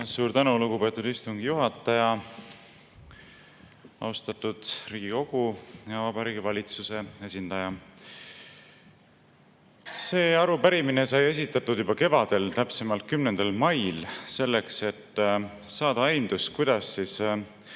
Suur tänu, lugupeetud istungi juhataja! Austatud Riigikogu ja Vabariigi Valitsuse esindaja! See arupärimine sai esitatud juba kevadel, täpsemalt [11.] mail, selleks, et saada aimdus, kuidas